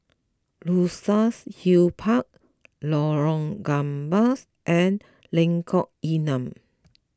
Luxus Hill Park Lorong Gambas and Lengkok Enam